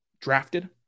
drafted